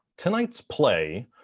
tonight's play,